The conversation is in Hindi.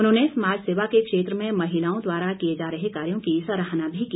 उन्होंने समाज सेवा के क्षेत्र में महिलाओं द्वारा किए जा रहे कार्यों की सराहना भी की